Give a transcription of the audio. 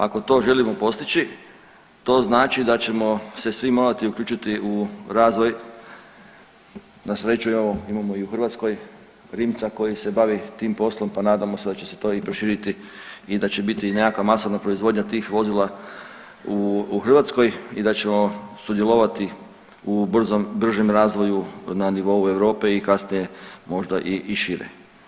Ako to želimo postići to znači da ćemo se svi morati uključiti u razvoj, na sreću imamo, imamo i u Hrvatskoj Rimca koji se bavi tim poslom, pa nadamo se da će se to i proširiti i da će biti nekakva masovna proizvodnja tih vozila u Hrvatskoj i da ćemo sudjelovati u brzom, bržem razvoju na nivou Europe i kasnije možda i šire.